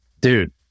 Dude